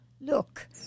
Look